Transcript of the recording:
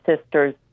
sisters